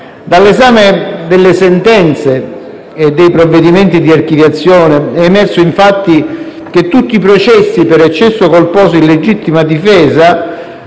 Dall'esame delle sentenze e dei provvedimenti di archiviazione è emerso, infatti, che tutti i processi per eccesso colposo di legittima difesa,